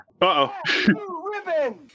Uh-oh